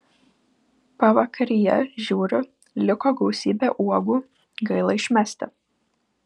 pavakaryje žiūriu liko gausybė uogų gaila išmesti